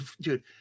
dude